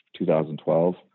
2012